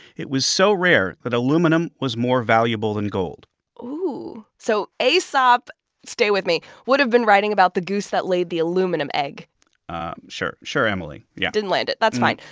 it was so rare that aluminum was more valuable than gold ooh. so aesop stay with me would have been writing about the goose that laid the aluminum egg um sure. sure, emily. yeah didn't land it. that's fine.